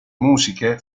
musiche